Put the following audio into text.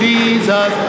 Jesus